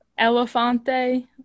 Elefante